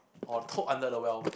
or toad under the well